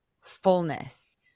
fullness